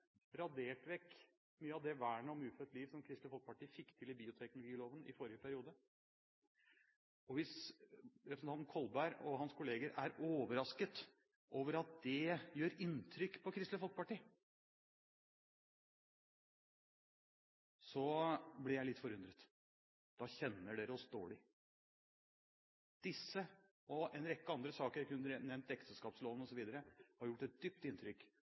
radert vekk mye av det vernet om ufødt liv som Kristelig Folkeparti fikk til i bioteknologiloven i forrige periode. Hvis representanten Kolberg og hans kolleger er overrasket over at det gjør inntrykk på Kristelig Folkeparti, blir jeg litt forundret. Da kjenner de oss dårlig. Disse og en rekke andre saker – jeg kunne nevnt ekteskapsloven osv. – har gjort et dypt inntrykk